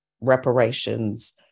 reparations